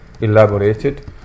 elaborated